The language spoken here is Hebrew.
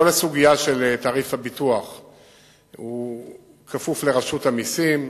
כל הסוגיה של תעריף הביטוח כפופה לרשות המסים.